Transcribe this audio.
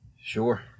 Sure